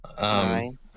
Nine